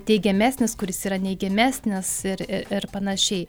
teigiamesnis kuris yra neigiamesnis ir ir panašiai